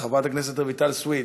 חברת הכנסת רויטל סויד,